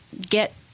get